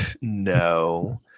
no